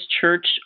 Church